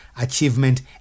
achievement